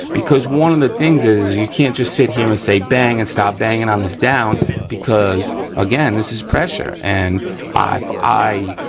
because one of the things is you can't just sit here and say bang and start banging on this down because again this is pressure and if i,